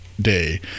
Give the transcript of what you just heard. day